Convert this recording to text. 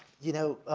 you know,